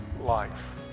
life